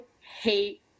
hate